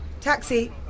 Taxi